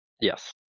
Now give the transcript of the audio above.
Yes